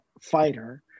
fighter